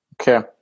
Okay